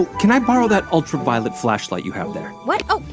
can i borrow that ultraviolet flashlight you have there? what? oh,